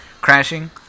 crashing